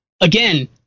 again